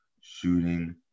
shooting